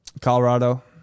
Colorado